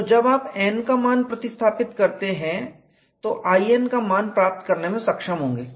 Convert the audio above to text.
तो जब आप n का मान प्रतिस्थापित करते हैं तो ln का मान प्राप्त करने में सक्षम होंगे